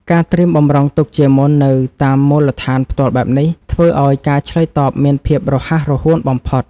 ការត្រៀមបម្រុងទុកជាមុននៅតាមមូលដ្ឋានផ្ទាល់បែបនេះ ធ្វើឱ្យការឆ្លើយតបមានភាពរហ័សរហួនបំផុត។